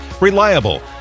reliable